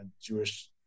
Jewish